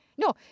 No